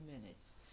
minutes